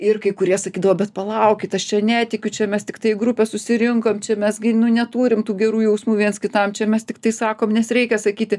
ir kai kurie sakydavo bet palaukit aš čia netikiu čia mes tiktai į grupę susirinkom čia mes gi nu neturim tų gerų jausmų viens kitam čia mes tiktai sakom nes reikia sakyti